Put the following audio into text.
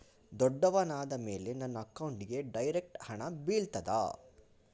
ದೊಡ್ಡವನಾದ ಮೇಲೆ ನನ್ನ ಅಕೌಂಟ್ಗೆ ಡೈರೆಕ್ಟ್ ಹಣ ಬೀಳ್ತದಾ?